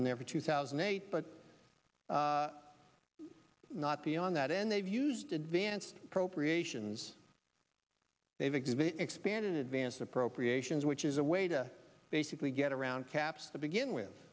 in there for two thousand and eight but not beyond that and they've used advanced appropriations david do they expand in advance appropriations which is a way to basically get around caps to begin with